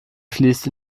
fließt